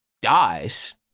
dies